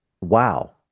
Wow